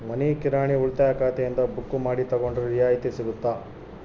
ಮನಿ ಕಿರಾಣಿ ಉಳಿತಾಯ ಖಾತೆಯಿಂದ ಬುಕ್ಕು ಮಾಡಿ ತಗೊಂಡರೆ ರಿಯಾಯಿತಿ ಸಿಗುತ್ತಾ?